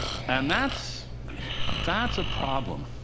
and that's that's a problem.